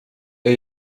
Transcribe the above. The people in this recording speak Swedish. jag